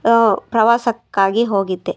ಪ್ರವಾಸಕ್ಕಾಗಿ ಹೋಗಿದ್ದೆ